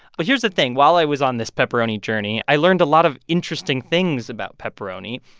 but here's the thing while i was on this pepperoni journey, i learned a lot of interesting things about pepperoni.